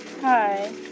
Hi